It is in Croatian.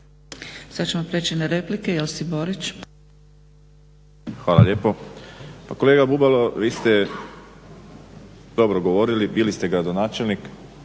Sada ćemo prijeći na replike. Josip Borić. **Borić, Josip (HDZ)** Hvala lijepo. Pa kolega Bubalo, vi ste dobro govorili, bili ste gradonačelnik,